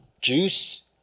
juice